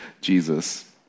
Jesus